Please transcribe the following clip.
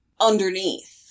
underneath